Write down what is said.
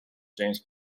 james